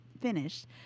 finished